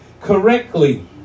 correctly